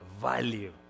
value